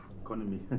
Economy